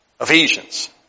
Ephesians